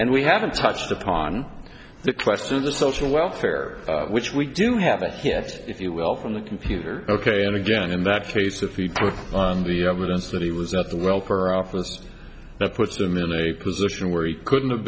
and we haven't touched upon the question the social welfare which we do have a hit if you will from the computer ok and again in that case of feed on the evidence that he was at the welfare office that puts them in a position where he couldn't have